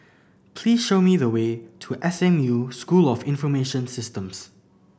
please show me the way to S M U School of Information Systems